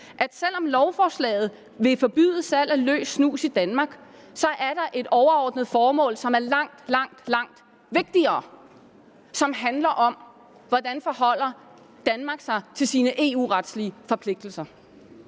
at selv om lovforslaget vil forbyde salg af løs snus i Danmark, er der et overordnet formål, som er langt, langt vigtigere, og som handler om, hvordan Danmark forholder sig til sine EU-retlige forpligtelser.